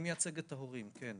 אני מייצג את ההורים.